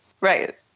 Right